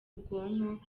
bwonko